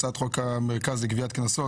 הצעת חוק המרכז לגביית קנסות,